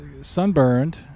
sunburned